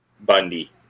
Bundy